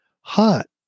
hot